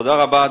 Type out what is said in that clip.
תודה רבה.